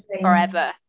forever